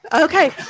Okay